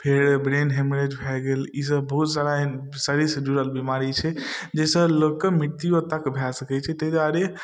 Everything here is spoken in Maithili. फेर ब्रेन हेमरेज भऽ गेल ईसब बहुत सारा एहन शरीरसँ जुड़ल बेमारी छै जाहिसँ लोकके मृत्युओ तक भऽ सकै छै ताहि दुआरे